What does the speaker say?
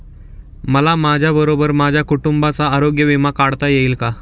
मला माझ्याबरोबर माझ्या कुटुंबाचा आरोग्य विमा काढता येईल का?